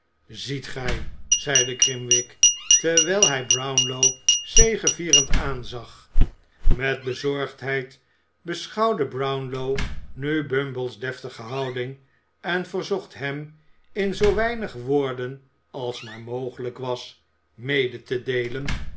ziet gij zeide grimwig terwijl hij brownlow zegevierend aanzag met bezorgdheid beschouwde brownlow nu bumble's deftige houding en verzocht hem in zoo weinig woorden als maar mogelijk was mede te deelen